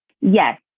Yes